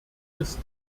ist